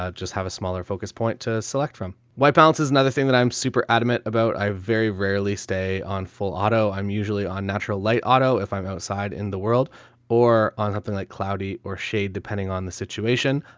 ah just have a smaller focus point to select from. white balance is another thing that i'm super adamant about. i very rarely stay on full auto. i'm usually on natural light auto if i'm outside in the world or on something like cloudy or shade depending on the situation.